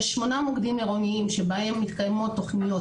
יש שמונה מוקדים עירוניים שבהם מתקיימות תוכניות